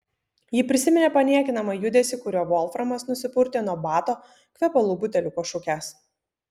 ji prisiminė paniekinamą judesį kuriuo volframas nusipurtė nuo bato kvepalų buteliuko šukes